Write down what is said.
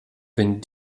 wenn